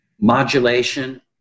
modulation